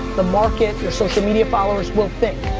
the market, you social media followers will think.